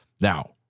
Now